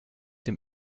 dem